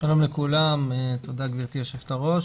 שלום לכולם, תודה גבירתי יושבת-הראש.